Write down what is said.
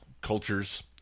cultures